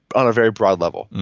on a very broad level.